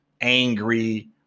angry